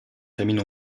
famille